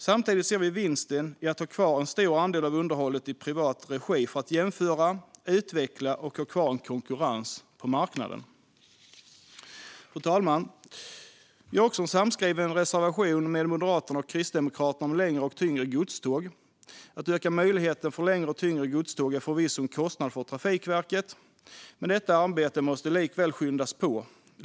Samtidigt ser vi vinsten i att ha kvar en stor andel av underhållet i privat regi för att jämföra, utveckla och ha kvar en konkurrens på marknaden. Fru talman! Vi har också en samskriven reservation med Moderaterna och Kristdemokraterna om längre och tyngre godståg. Att öka möjligheten för längre och tyngre godståg innebär förvisso en kostnad för Trafikverket, men detta arbete måste likväl skyndas på.